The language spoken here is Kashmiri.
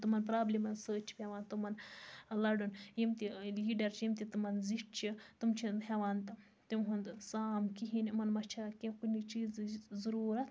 تِمَن پرابلمن سۭتۍ چھُ پیٚوان تمن لَڑُن یِم تہِ لیٖڈَر چھِ یِم تہِ تِمَن زِٹھ چھِ تم چھِ ہیٚوان تِہُنٛد سام کِہیٖنۍ یِمَن ما چھےٚ کُنہِ چیٖزٕچۍ ضُروٗرت